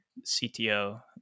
CTO